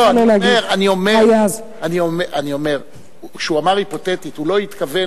כשהוא אמר היפותטית הוא לא התכוון